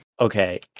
Okay